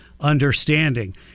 understanding